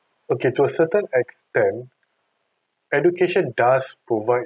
okay to a certain extent education does provide